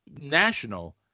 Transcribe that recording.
national